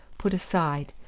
put aside,